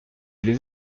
les